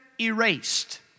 erased